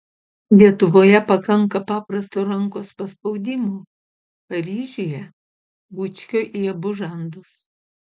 lietuvoje pakanka paprasto rankos paspaudimo paryžiuje bučkio į abu žandus